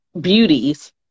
beauties